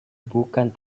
bukan